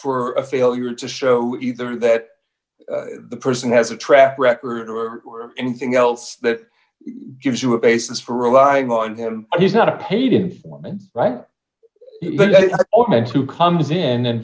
a failure to show either that the person has a track record or anything else that gives you a basis for relying on him he's not a paid informant right meant to comes in and